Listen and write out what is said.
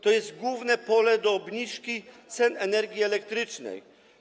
To jest główne pole do obniżki cen energii elektrycznej.